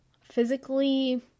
Physically